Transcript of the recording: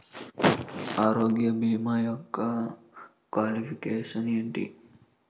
ఆరోగ్య భీమా యెక్క క్వాలిఫికేషన్ ఎంటి?